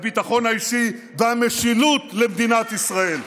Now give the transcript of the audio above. הביטחון האישי והמשילות למדינת ישראל.